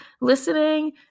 listening